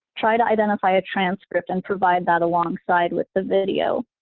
try to identify a transcript and provide that alongside with the video.